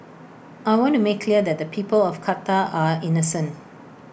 I want to make clear that the people of Qatar are innocent